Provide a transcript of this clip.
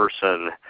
person